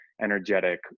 energetic